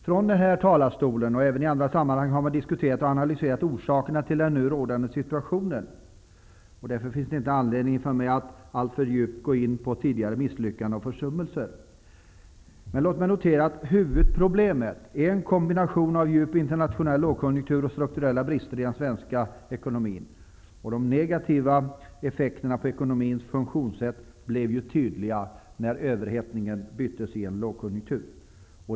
Från den här talarstolen och i andra sammanhang har man diskuterat och analyserat orsaken till den nu rådande situationen. Det finns därför inte någon anledning för mig att alltför djupt gå in på tidigare misslyckanden och försummelser. Låt mig dock notera att huvudproblemet är en kombination av en djup internationell lågkonjunktur och strukturella brister i den svenska ekonomin. De negativa effekterna på ekonomins funktionssätt blev ju tydliga när överhettningen förbyttes i en lågkonjunktur.